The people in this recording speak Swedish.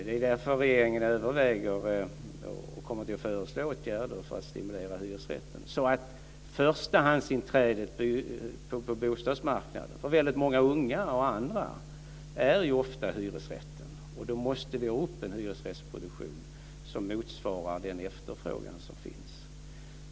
Det är därför som regeringen överväger och kommer att föreslå åtgärder för att stimulera byggande av hyresätter. Förstahandsinträdet på bostadsmarknaden för väldigt många unga och andra är ofta en hyresrätt. Då måste man komma upp i en hyresrättsproduktion som motsvarar den efterfrågan som finns.